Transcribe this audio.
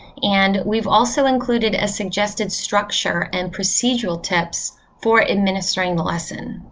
and we've also included a suggested structure and procedural tips for administering the lesson.